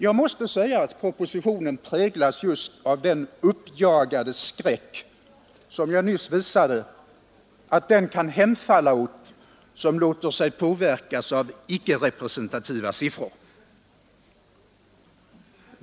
Jag måste säga att propositionen präglas just av den uppjagade skräck, som jag nyss visade att den kan hemfalla åt, som låter sig påverkas av icke representativa siffror.